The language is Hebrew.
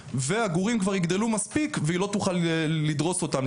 והגורים כבר יגדלו מספיק והיא לא תוכל לדרוס אותם,